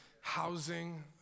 housing